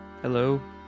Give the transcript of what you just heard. Hello